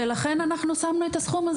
ולכן אנחנו שמנו את הסכום הזה.